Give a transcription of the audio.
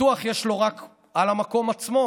ביטוח יש לו רק על המקום עצמו.